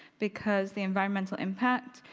because the environmental impact,